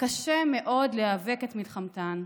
וקשה מאוד להיאבק את מלחמתן,